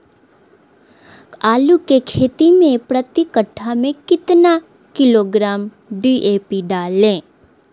आलू की खेती मे प्रति कट्ठा में कितना किलोग्राम डी.ए.पी डाले?